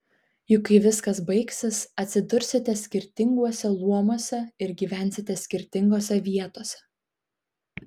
juk kai viskas baigsis atsidursite skirtinguose luomuose ir gyvensite skirtingose vietose